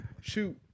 Shoot